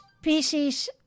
species